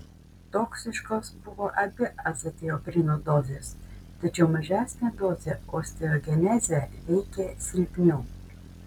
toksiškos buvo abi azatioprino dozės tačiau mažesnė dozė osteogenezę veikė silpniau